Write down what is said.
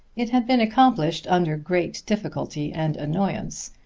it had been accomplished under great difficulty and annoyance,